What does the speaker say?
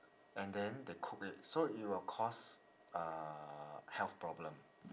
and then they cook it so it will cause uh health problem